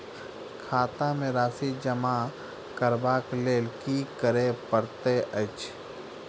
खाता मे राशि जमा करबाक लेल की करै पड़तै अछि?